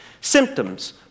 symptoms